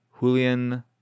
Julian